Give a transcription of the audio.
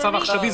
במצב העכשווי?